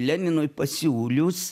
leninui pasiūlius